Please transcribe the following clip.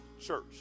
Church